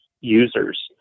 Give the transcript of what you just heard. users